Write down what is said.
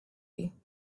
you